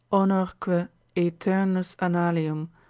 honorque aeternus annalium,